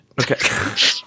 Okay